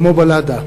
"כמו בלדה"